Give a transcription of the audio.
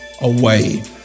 away